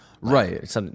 Right